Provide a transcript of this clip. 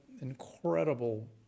incredible